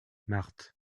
marthe